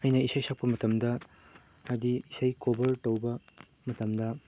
ꯑꯩꯅ ꯏꯁꯩ ꯁꯛꯄ ꯃꯇꯝꯗ ꯍꯥꯏꯗꯤ ꯏꯁꯩ ꯀꯣꯚꯔ ꯇꯧꯕ ꯃꯇꯝꯗ